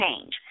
change